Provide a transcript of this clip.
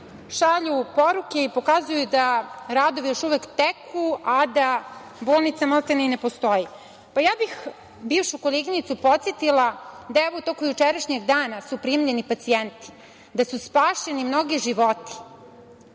šalju poruke i pokazuju joj da radovi još uvek teku, a da bolnica maltene i ne postoji. Podsetila bih bivšu koleginicu da, evo, u toku jučerašnjeg dana su primljeni pacijenti, da su spašeni mnogi životi.